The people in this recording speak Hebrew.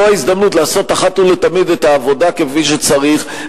זו ההזדמנות לעשות אחת ולתמיד את העבודה כפי שצריך,